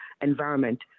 environment